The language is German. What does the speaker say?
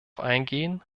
eingehen